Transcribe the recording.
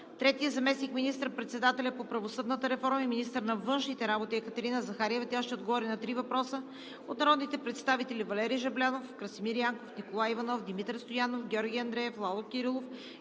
3. Заместник министър-председателят по правосъдната реформа и министър на външните работи Екатерина Захариева ще отговори на три въпроса от народните представители Валери Жаблянов, Красимир Янков, Николай Иванов, Димитър Стоянов, Георги Андреев, Лало Кирилов